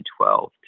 2012